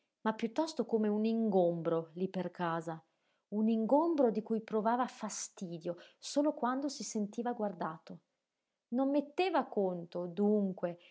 ma piuttosto come un ingombro lí per casa un ingombro di cui provava fastidio solo quando si sentiva guardato non metteva conto dunque